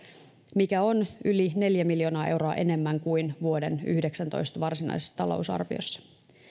mikä on yli neljä miljoonaa euroa enemmän kuin vuoden yhdeksäntoista varsinaisessa talousarviossa